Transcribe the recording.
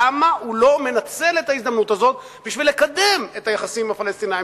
למה הוא לא מנצל את ההזדמנות הזאת כדי לקדם את היחסים עם הפלסטינים?